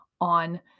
on